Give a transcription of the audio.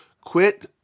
Quit